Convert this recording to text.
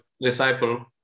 disciple